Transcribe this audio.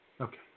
Okay